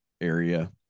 area